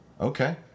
Okay